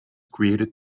created